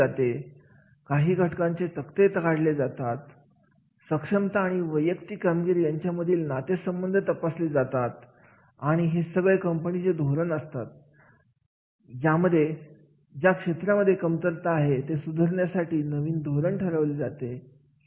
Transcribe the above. जेव्हा आपण कार्याला त्याच्या स्वरूपानुसार वर्गीकृत करत असतो त्याला समजून घेत असतो ते कार्य कोणत्या बातमीसाठी महत्त्वाचे आहे हे समजत असतो अशा कार्याला कोणते ज्ञान कौशल्ये आणि दृष्टिकोन गरजेचा आहे हे पाहत असतो